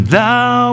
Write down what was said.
Thou